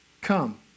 come